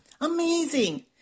amazing